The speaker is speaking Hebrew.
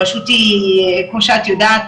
רשות כמו שאת יודעת